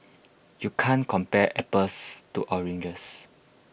you can't compare apples to oranges